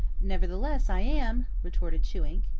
nevertheless i am, retorted chewink.